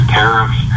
tariffs